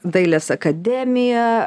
dailės akademiją